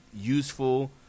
useful